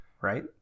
right